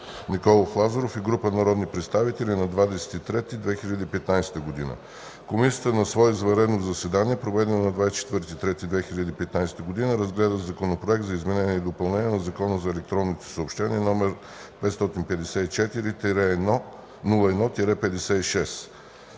Николов Лазаров и група народни представители на 20 март 2015 г. Комисията на свое извънредно заседание, проведено на 24 март 2015 г., разгледа Законопроект за изменение и допълнение на Закона за електронните съобщения, № 554-01-56,